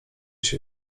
się